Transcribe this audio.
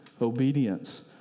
obedience